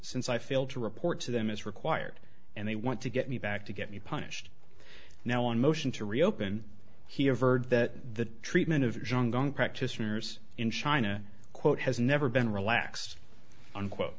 since i failed to report to them as required and they want to get me back to get me punished now on motion to reopen he averred that the treatment of john gong practitioners in china quote has never been relaxed unquote